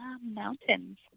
mountains